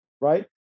right